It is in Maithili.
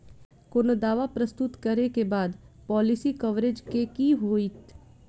कोनो दावा प्रस्तुत करै केँ बाद पॉलिसी कवरेज केँ की होइत?